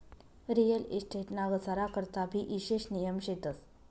real estate ना घसारा करता भी ईशेष नियम शेतस